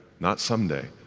not someday.